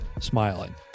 Smiling